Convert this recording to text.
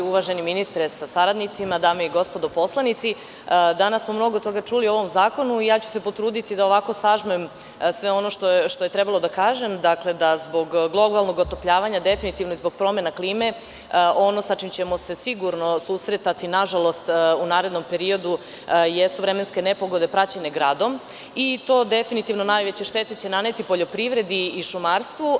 Uvaženi ministre sa saradnicima, dame i gospodo poslanici, danas smo mnogo toga čuli o ovom zakonu i ja ću se potruditi da ovako sažmem sve ono što je trebalo da kažem, dakle, da zbog globalnog otopljavanja i definitivno zbog promene klime ono sa čim ćemo se sigurno susretati nažalost u narednom periodu jesu vremenske nepogode praćene gradom, i to definitivno najveću štetu će naneti poljoprivredi i šumarstvu.